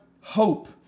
hope